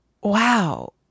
wow